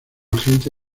agente